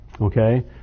Okay